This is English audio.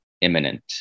imminent